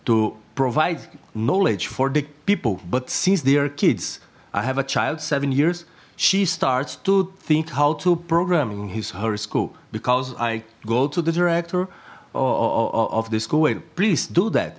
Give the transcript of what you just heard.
to provide knowledge for the people but since they're kids i have a child seven years she starts to think how to programming hisher school because i go to the director of the school please do that